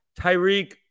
Tyreek